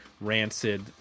Rancid